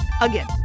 Again